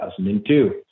2002